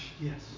Yes